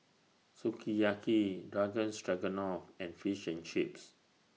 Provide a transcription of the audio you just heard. Sukiyaki Garden Stroganoff and Fish and Chips